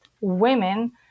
women